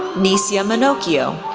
nicya manocchio,